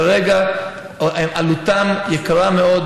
כרגע עלותם יקרה מאוד,